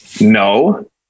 No